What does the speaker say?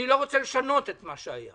אני לא רוצה לשנות את מה שהיה.